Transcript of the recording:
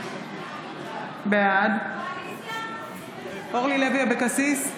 בעד אורלי לוי אבקסיס,